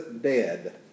dead